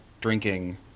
drinking